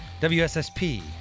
WSSP